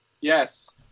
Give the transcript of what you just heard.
Yes